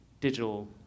digital